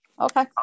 Okay